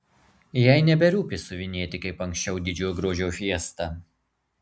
jai neberūpi siuvinėti kaip anksčiau didžiojo grožio fiestą